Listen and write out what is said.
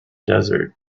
desert